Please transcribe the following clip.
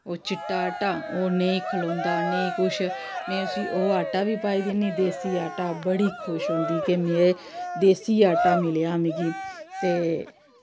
ओह् चिट्टा आटा ओह् नेईं खलोंदा नेईं कुछ में उस्सी ओह् आटा बी पाई दिन्नी देसी आटा बड़ी खुश होंदी कि में देसी आटा मिलेआ मिगी ते